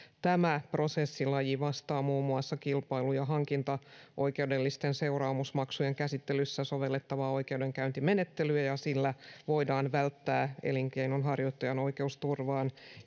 tämä prosessilaji vastaa muun muassa kilpailu ja hankintaoikeudellisten seuraamusmaksujen käsittelyssä sovellettavaa oikeudenkäyntimenettelyä ja ja sillä voidaan välttää elinkeinonharjoittajan oikeusturvaan